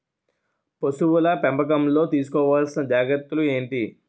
పశువుల పెంపకంలో తీసుకోవల్సిన జాగ్రత్త లు ఏంటి?